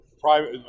private